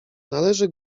należy